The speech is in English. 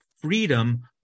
freedom